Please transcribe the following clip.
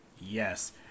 Yes